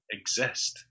exist